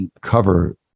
cover